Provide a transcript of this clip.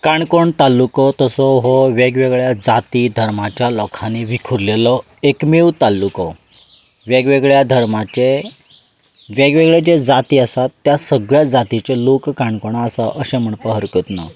काणकोण तालुको तसो हो वेगवेगळ्या जाती धर्माच्या लोकांनी विखुरिल्लो एकमेव तालुको वेगवेगळ्या धर्माचे वेगवेगळ्यो ज्यो जाती आसात त्या सगळ्या जातींचे लोक काणकोणांत आसात अशें म्हणपाक हरकत ना